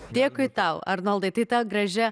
dėkui tau arnoldai tai ta gražia